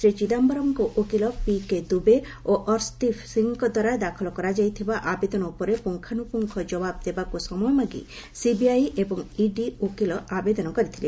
ଶ୍ରୀ ଚିଦାୟରମ୍ଙ୍କ ଓକିଲ ପିକେ ଦୁବେ ଓ ଅର୍ଶଦୀପ୍ ସିଂଙ୍କଦ୍ୱାରା ଦାଖଲ କରାଯାଇଥିବା ଆବେଦନ ଉପରେ ପୁଙ୍ଗାନୁପୁଙ୍ଗ ଜବାବ ଦେବାକୁ ସମୟ ମାଗି ସିବିଆଇ ଏବଂ ଇଡି ଓକିଲ ଆବେଦନ କରିଥିଲେ